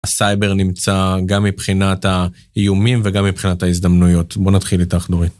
הסייבר נמצא גם מבחינת האיומים וגם מבחינת ההזדמנויות. בואו נתחיל איתך, דורי.